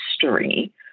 history